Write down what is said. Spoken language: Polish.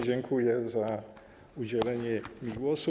Dziękuję za udzielenie mi głosu.